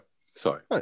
Sorry